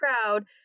crowd